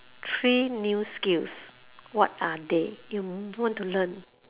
three new skills what are they you want to learn